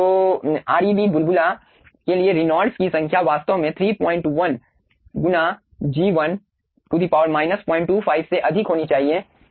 तो Reb बुलबुला के लिए रेनॉल्ड्स की संख्या वास्तव में 31 गुना G1 025 से अधिक होनी चाहिए